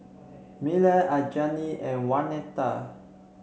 Miller Anjali and Waneta